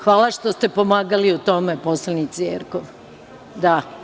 Hvala što ste pomagali u tome, poslanice Jerkov.